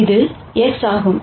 இது x ஆகும்